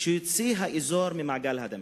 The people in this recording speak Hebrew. שיוציא את האזור ממעגל הדמים.